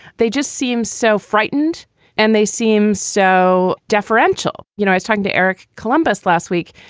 they just seem so frightened and they seem so deferential. you know, he's talking to eric columbus' last week.